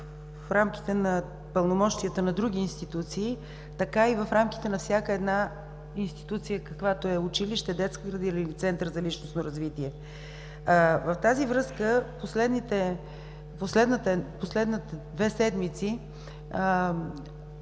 в рамките на пълномощията на други институции, така и в рамките на всяка една институция каквато е училището, детската градина или центърът за личностно развитие. Във връзка с това през последните две седмици